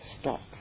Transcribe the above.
stop